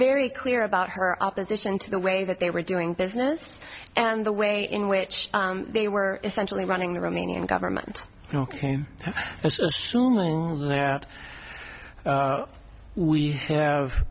very clear about her opposition to the way that they were doing business and the way in which they were essentially running the romanian government ok we have